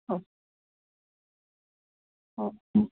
हो हो